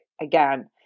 again